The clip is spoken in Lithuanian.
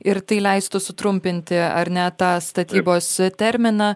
ir tai leistų sutrumpinti ar ne tą statybos terminą